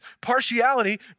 partiality